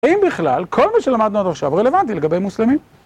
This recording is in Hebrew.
האם בכלל כל מה שלמדנו עד עכשיו רלוונטי לגבי מוסלמים?